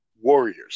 Warriors